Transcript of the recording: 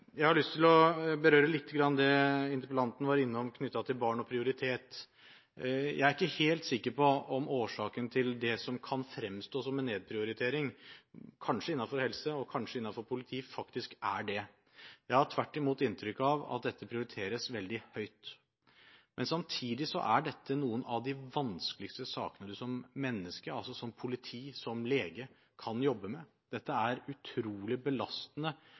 Jeg har lyst til å berøre lite grann det interpellanten var inne på knyttet til barn og prioritet. Jeg er ikke helt sikker på om det som kan fremstå som en nedprioritering – kanskje innenfor helse og kanskje innenfor politi – faktisk er det. Jeg har tvert imot inntrykk av at dette prioriteres veldig høyt. Men samtidig er dette noen av de vanskeligste sakene du som menneske – som politi, som lege – kan jobbe med. Dette er det utrolig belastende